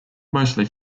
mostly